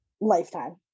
Lifetime